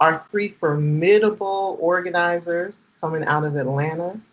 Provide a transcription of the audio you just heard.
our three formidable organizers, coming out of atlanta.